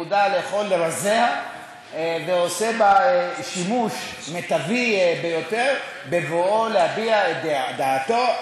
מודע לכל רזיה ועושה בה שימוש מיטבי ביותר בבואו להביע את דעתו,